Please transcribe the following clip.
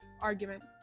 argument